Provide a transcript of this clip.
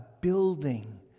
building